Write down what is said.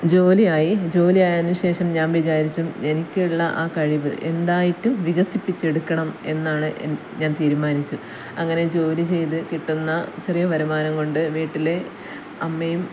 ജോലിയായി ജോലി ആയതിനുശേഷം ഞാൻ വിചാരിച്ചു എനിക്കുള്ള ആ കഴിവ് എന്തായിട്ടും വികസിപ്പിച്ചെടുക്കണം എന്നാണ് ഞാൻ തീരുമാനിച്ചു അങ്ങനെ ജോലി ചെയ്ത് കിട്ടുന്ന ചെറിയ വരുമാനം കൊണ്ട് വീട്ടിൽ അമ്മയും